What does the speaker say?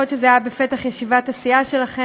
יכול להיות שזה היה בפתח ישיבת הסיעה שלכם,